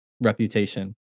reputation